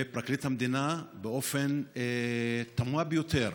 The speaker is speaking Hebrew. ופרקליט המדינה, באופן תמוה ביותר,